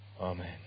Amen